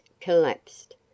collapsed